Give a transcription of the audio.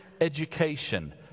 Education